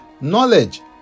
Knowledge